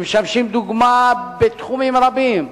שמשמשים דוגמה בתחומים רבים,